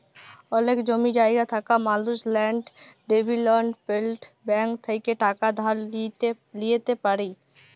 অলেক জমি জায়গা থাকা মালুস ল্যাল্ড ডেভেলপ্মেল্ট ব্যাংক থ্যাইকে টাকা ধার লিইতে পারি